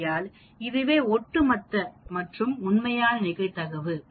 ஆகையால் இதுவே ஒட்டுமொத்த மற்றும் உண்மையான நிகழ்தகவு